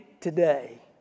today